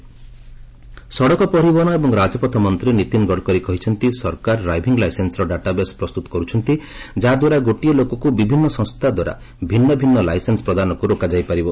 Gadkari driving licence ସଡ଼କ ପରିବହନ ଏବଂ ରାଜପଥ ମନ୍ତ୍ରୀ ନୀତିନ୍ ଗଡ଼କରୀ କହିଛନ୍ତି ସରକାର ଡ୍ରାଇଭିଂ ଲାଇସେନସ୍ର ଡାଟାବେସ୍ ପ୍ରସ୍ତୁତ କରୁଛନ୍ତି ଯାହାଦ୍ୱାରା ଗୋଟିଏ ଲୋକକୁ ବିଭିନ୍ନ ସଂସ୍ଥା ଦ୍ୱାରା ଭିନ୍ନଭିନ୍ନ ଲାଇସେନ୍ୱ ପ୍ରଦାନକୁ ରୋକାଯାଇ ପାରିବ